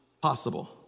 possible